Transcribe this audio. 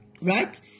Right